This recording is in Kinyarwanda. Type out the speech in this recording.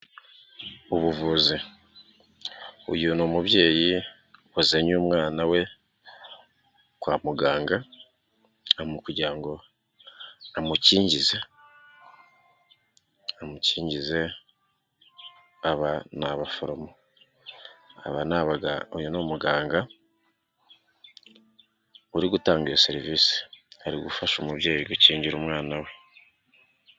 Ubuvuzi, uyu ni umubyeyi wazanye umwana we kwa muganga kugira ngo amugize, amukingize, aba n'abaforomo, ni umuganga uri gutanga iyo serivisi, arigufasha umubyeyi gukingira umwana we.